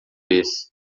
esse